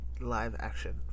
live-action